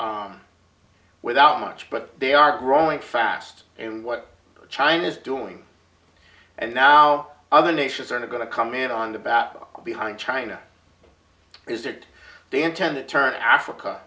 without much but they are growing fast and what china is doing and now other nations are going to come in on the back of behind china is that they intend to turn africa